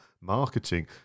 marketing